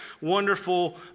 wonderful